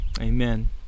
Amen